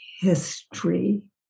history